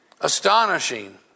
Astonishing